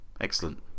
Excellent